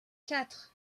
quatre